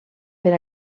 per